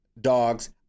dogs